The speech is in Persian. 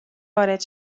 وارد